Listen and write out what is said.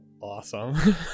awesome